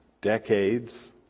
decades